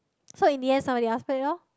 so in the end somebody else played loh